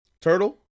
Turtle